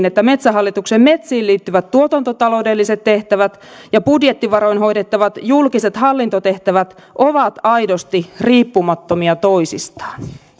että metsähallituksen metsiin liittyvät tuotantotaloudelliset tehtävät ja budjettivaroin hoidettavat julkiset hallintotehtävät ovat aidosti riippumattomia toisistaan